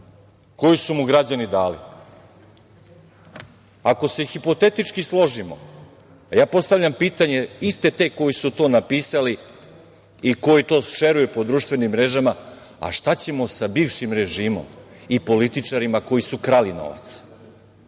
koji su mu građani dali. Ako se hipotetički složimo, a ja postavljam pitanje, iste te koji su to napisali i koji to šeruju po društvenim mrežama, a šta ćemo sa bivšim režimom i političarima koji su krali novac?